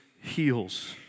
heals